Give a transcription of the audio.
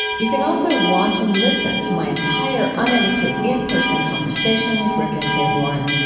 you can also watch and listen to my entire unedited in-person conversation with rick and kay warren.